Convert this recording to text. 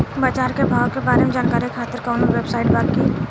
बाजार के भाव के बारे में जानकारी खातिर कवनो वेबसाइट बा की?